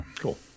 Cool